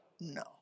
no